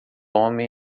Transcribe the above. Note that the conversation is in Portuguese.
homem